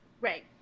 right